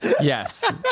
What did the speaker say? Yes